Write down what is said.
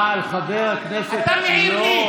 אתה מחבל.